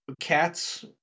cats